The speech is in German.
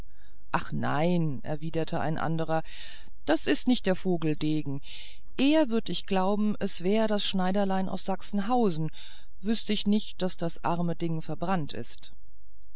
ach nein erwiderte ein anderer das ist nicht der vogel degen eher würd ich glauben es wäre das schneiderlein aus sachsenhausen wüßt ich nicht daß das arme ding verbrannt ist